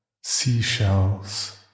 Seashells